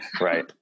Right